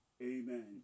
amen